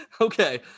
Okay